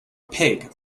pig